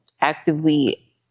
actively